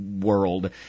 world